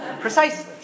Precisely